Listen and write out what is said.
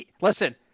Listen